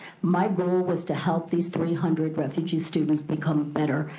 my goal was to help these three hundred refugee students become better,